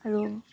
আৰু